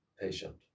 patient